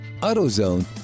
AutoZone